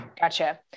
Gotcha